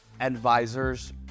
advisors